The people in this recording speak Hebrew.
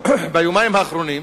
ביומיים האחרונים